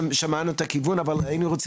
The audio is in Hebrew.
שמענו את הכיוון, אבל אנחנו היינו רוצים